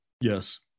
yes